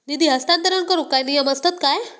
निधी हस्तांतरण करूक काय नियम असतत काय?